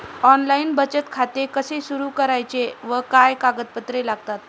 Online बचत खाते कसे सुरू करायचे व काय कागदपत्रे लागतात?